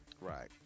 Right